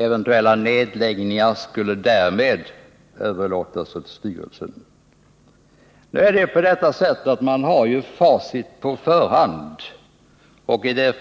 Eventuella nedläggningar skulle därmed överlåtas åt styrelsen. Nu är det på det sättet att vi har facit på förhand, och i det